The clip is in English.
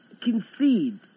concede